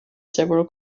several